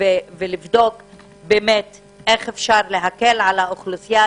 לבדוק איך ניתן להקל על האוכלוסייה,